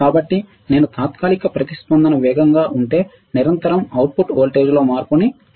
కాబట్టి నేను తాత్కాలిక ప్రతిస్పందన వేగంగా ఉంటే నిరంతరం అవుట్పుట్ వోల్టేజ్లో మార్పును చూడగలుగుతాను